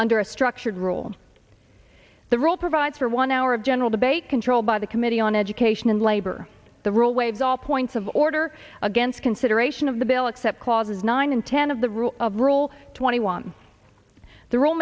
under a structured rule the rule provides for one hour of general debate control by the committee on education and labor the rule waves all points of order against consideration of the bill except clauses nine and ten of the rule of rule twenty one the r